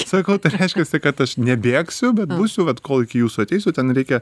sakau tai reiškiasi kad aš nebėgsiu bet būsiu vat kol iki jūsų ateisiu ten reikia